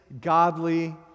godly